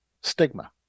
Stigma